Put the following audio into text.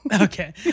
Okay